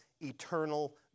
eternal